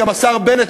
נכנס השר בנט,